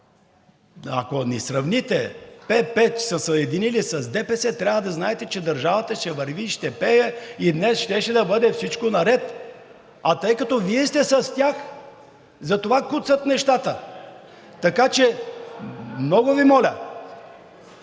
Ако ни сравните, ПП са се съединили с ДПС, трябва да знаете, че държавата ще върви, ще върви и ще пее и днес щеше да бъде всичко наред, а тъй като Вие сте с тях, затова куцат нещата. Така че, много Ви моля,